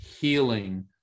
healing